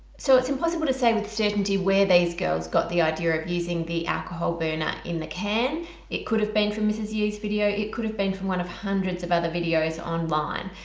so it's impossible to say with certainty where these girls got the idea of using the alcohol burner in the can it could have been from ms yeah's video it could have been from one of hundreds of other videos online.